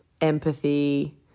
empathy